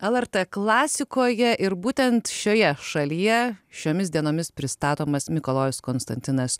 lrt klasikoje ir būtent šioje šalyje šiomis dienomis pristatomas mikalojus konstantinas